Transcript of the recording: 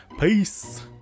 Peace